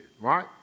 right